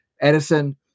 Edison